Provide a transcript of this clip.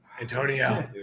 Antonio